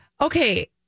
Okay